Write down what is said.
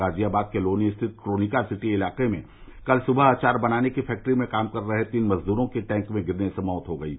ग़ाज़ियाबाद के लोनी में स्थित ट्रोनिका सिटी इलाके में कल सुवह अचार बनाने की फैक्ट्री में काम कर रहे तीन मज़दूरों की टैंक में गिरने से मौत हो गयी